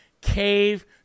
cave